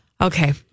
Okay